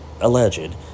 alleged